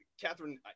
Catherine